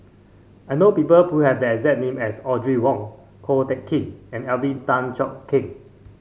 I know people who have the exact name as Audrey Wong Ko Teck Kin and Alvin Tan Cheong Kheng